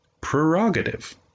Prerogative